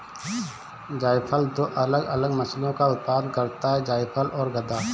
जायफल दो अलग अलग मसालों का उत्पादन करता है जायफल और गदा